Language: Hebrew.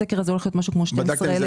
הסקר הזה עומד להקיף משהו כמו 12 אלף.